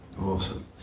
Awesome